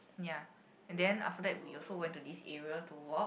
ya and then after that we also went to this area to walk